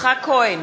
יצחק כהן,